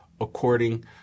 according